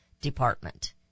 department